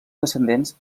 descendents